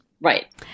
Right